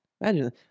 Imagine